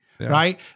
Right